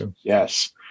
yes